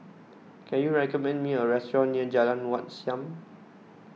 can you recommend me a restaurant near Jalan Wat Siam